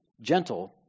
gentle